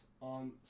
on